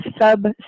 sub